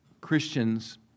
Christians